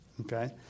Okay